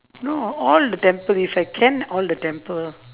no all the temple if I can all the temple